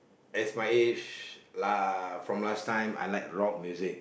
as my age lah from last time I like rock music